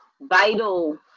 vital